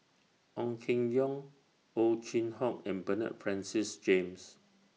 Ong Keng Yong Ow Chin Hock and Bernard Francis James